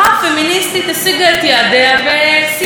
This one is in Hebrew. אישה נגידת בנק ישראל,